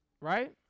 right